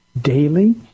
daily